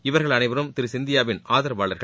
இவர்கள் அனைவரும் திரு சிந்தியாவின் ஆதரவாளர்கள்